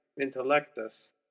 intellectus